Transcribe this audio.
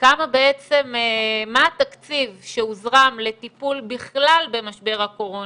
מה התקציב שהוזרם לטיפול בכלל במשבר הקורונה,